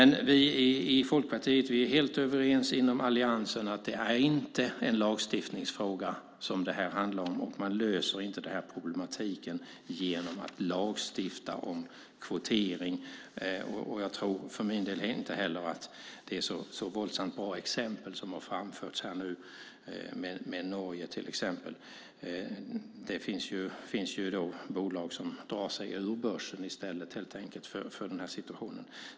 Vi i Folkpartiet är helt överens i Alliansen om att det inte är en lagstiftningsfråga det handlar om. Man löser inte problematiken genom att lagstifta om kvotering. Jag tror för min del inte heller att det är så bra exempel som nu har framförts här med Norge. Det finns bolag som drar sig ur börsen helt enkelt inför den situationen.